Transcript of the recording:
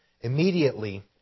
immediately